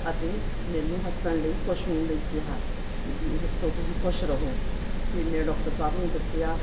ਅਤੇ ਮੈਨੂੰ ਹੱਸਣ ਲਈ ਖੁਸ਼ ਹੋਣ ਲਈ ਕਿਹਾ ਵੀ ਹੱਸੋ ਤੁਸੀਂ ਖੁਸ਼ ਰਹੋ ਫੇਰ ਮੈਂ ਡੋਕਟਰ ਸਾਹਿਬ ਨੂੰ ਦੱਸਿਆ